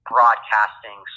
broadcasting